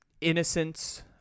innocence